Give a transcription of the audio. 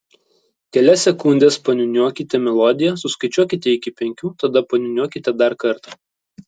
kelias sekundes paniūniuokite melodiją suskaičiuokite iki penkių tada paniūniuokite dar kartą